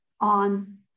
on